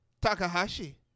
Takahashi